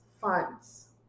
funds